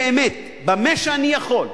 באמת, במה שאני יכול,